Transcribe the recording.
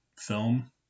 film